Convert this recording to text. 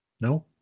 No